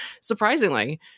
surprisingly